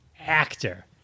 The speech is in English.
actor